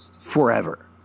forever